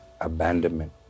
abandonment